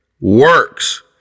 works